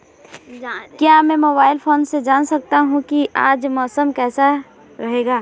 क्या मैं mobile phone से जान सकता हूँ कि आज मौसम कैसा रहेगा?